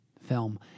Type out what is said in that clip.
film